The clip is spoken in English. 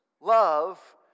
love